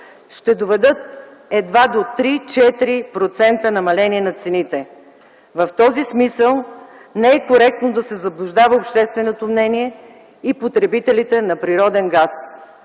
ще доведат едва до 3-4% намаление на цените. В този смисъл не е коректно да се заблуждава общественото мнение и потребителите на природен газ.